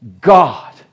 God